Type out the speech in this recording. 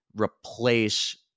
replace